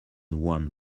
one